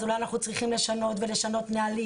אז אולי אנחנו צריכים לשנות נהלים.